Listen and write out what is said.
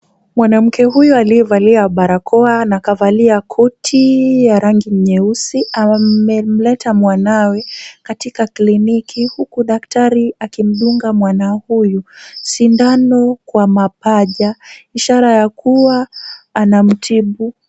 Mwanamke huyu aliyevalia barakoa na akavalia koti ya rangi nyeusi amemleta mwanawe katika kliniki huku daktari akimdunga mwana huyu sindano kwa mapaja ishara ya kuwa anamtibu.